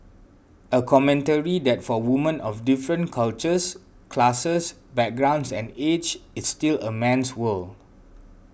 a commentary that for women of different cultures classes backgrounds and age it's still a man's world